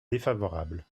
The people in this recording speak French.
défavorable